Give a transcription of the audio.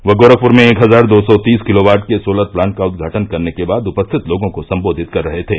वह गोरखपुर में एक हजार दो सौ तीस किलोवाट के सोलर प्लांट का उदघाटन करने के बाद उपस्थित लोगों को संबोधित कर रहे थे